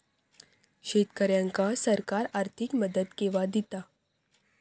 शेतकऱ्यांका सरकार आर्थिक मदत केवा दिता?